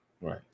Right